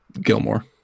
Gilmore